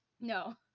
No